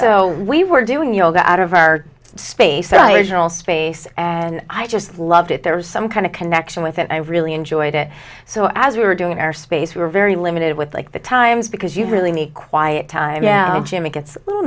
so we were doing yoga out of our space right regionals space and i just loved it there was some kind of connection with it i really enjoyed it so as we were doing our space we were very limited with like the times because you really need quiet time jim it gets a little